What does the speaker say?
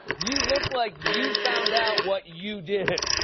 you look like you found out what you did.